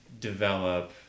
develop